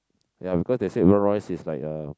ya because they said brown rice is like uh